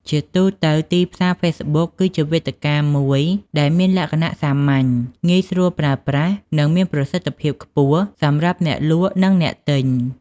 ជាទូទៅ ទីផ្សារហ្វេសប៊ុកគឺជាវេទិកាមួយដែលមានលក្ខណៈសាមញ្ញ ងាយស្រួលប្រើប្រាស់ និងមានប្រសិទ្ធភាពខ្ពស់សម្រាប់អ្នកលក់និងអ្នកទិញ។